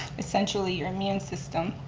essentially your immune system,